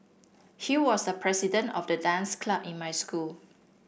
he was the president of the dance club in my school